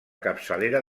capçalera